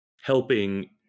helping